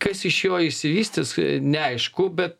kas iš jo išsivystys neaišku bet